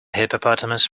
hippopotamus